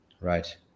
Right